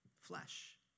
Flesh